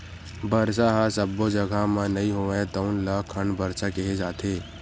बरसा ह सब्बो जघा म नइ होवय तउन ल खंड बरसा केहे जाथे